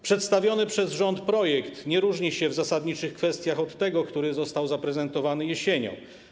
Przedstawiony przez rząd projekt nie różni się w zasadniczych kwestiach od tego, który został zaprezentowany jesienią.